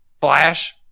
Flash